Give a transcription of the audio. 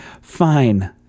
Fine